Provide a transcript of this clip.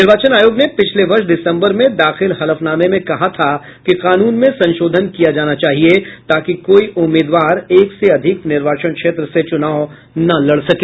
निर्वाचन आयोग ने पिछले वर्ष दिसम्बर में दाखिल हलफनामे में कहा था कि कानून में संशोधन किया जाना चाहिये ताकि कोई उम्मीदवार एक से अधिक निर्वाचन क्षेत्र से चुनाव न लड़ सके